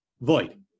void